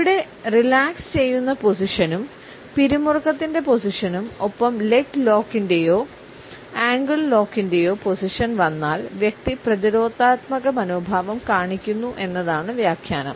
ഇവിടെ റിലാക്സ് ചെയ്യുന്ന പൊസിഷനും പിരിമുറുക്കത്തിൻറെ പൊസിഷനും ഒപ്പം ലെഗ് ലോക്കിന്റെയോ ആംഗിൾ ലോക്കിന്റെയോ പൊസിഷൻ വന്നാൽ വ്യക്തി പ്രതിരോധാത്മക മനോഭാവം കാണിക്കുന്നു എന്നതാണ് വ്യാഖ്യാനം